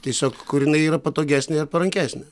tiesiog kur jinai yra patogesnė ir parankesnė